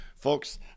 folks